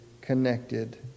connected